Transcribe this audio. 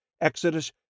Exodus